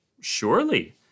Surely